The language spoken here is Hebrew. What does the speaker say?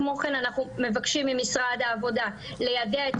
כמו כן אנחנו מבקשים ממשרד העבודה ליידע את